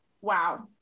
wow